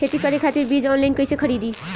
खेती करे खातिर बीज ऑनलाइन कइसे खरीदी?